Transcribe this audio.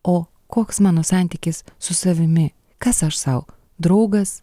o koks mano santykis su savimi kas aš sau draugas